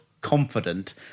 confident